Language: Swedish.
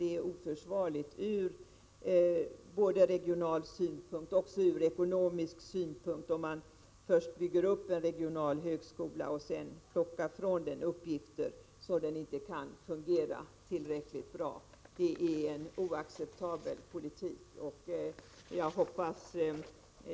Det är oförsvarligt ur både regional och ekonomisk synpunkt om man först bygger upp en regional högskola och sedan plockar ifrån den uppgifter så att den inte kan fungera tillräckligt bra — det är en oacceptabel politik.